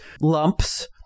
lumps